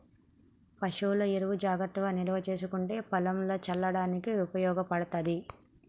పశువుల ఎరువు జాగ్రత్తగా నిల్వ చేసుకుంటే పొలంల చల్లడానికి ఉపయోగపడ్తది